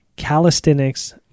calisthenics